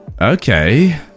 Okay